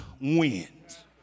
wins